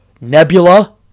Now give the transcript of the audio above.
Nebula